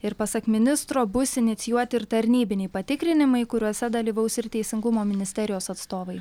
ir pasak ministro bus inicijuoti ir tarnybiniai patikrinimai kuriuose dalyvaus ir teisingumo ministerijos atstovai